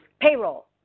payroll